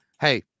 hey